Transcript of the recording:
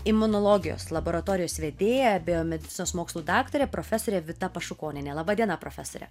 imunologijos laboratorijos vedėja biomedicinos mokslų daktarė profesorė vita pašukonienė laba diena profesore